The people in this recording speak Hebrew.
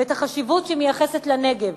ואת החשיבות שהיא מייחסת לנגב,